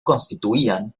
constituían